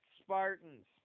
Spartans